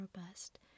robust